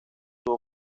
sus